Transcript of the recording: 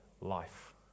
life